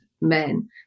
men